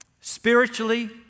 spiritually